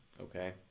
Okay